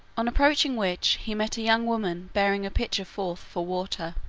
on approaching which he met a young woman bearing a pitcher forth for water.